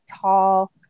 tall